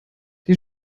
die